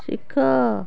ଶିଖ